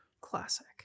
classic